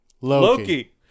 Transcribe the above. Loki